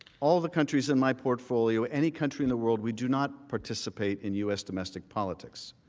all the countries in my portfolio, any country in the world, we do not participate in u s. domestic politics.